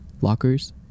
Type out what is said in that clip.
lockers